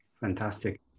Fantastic